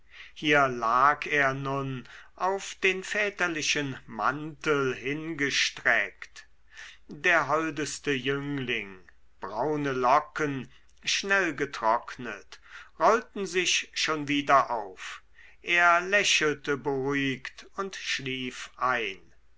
hier lag er nun auf den väterlichen mantel hingestreckt der holdeste jüngling braune locken schnell getrocknet rollten sich schon wieder auf er lächelte beruhigt und schlief ein